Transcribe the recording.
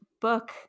book